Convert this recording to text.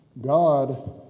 God